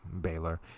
Baylor